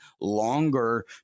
longer